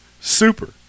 super